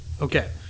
Okay